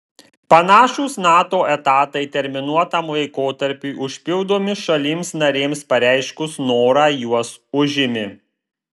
panašūs nato etatai terminuotam laikotarpiui užpildomi šalims narėms pareiškus norą juos užimi